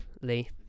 Lee